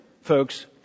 folks